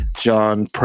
John